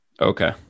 Okay